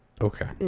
Okay